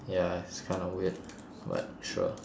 ya he's kind of weird but sure